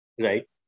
Right